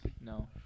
No